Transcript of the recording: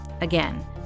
Again